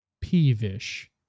peevish